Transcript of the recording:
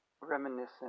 reminiscent